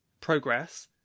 progress